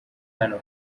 hano